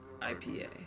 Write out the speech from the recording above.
IPA